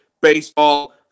baseball